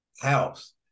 house